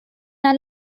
ein